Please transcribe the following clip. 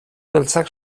beltzak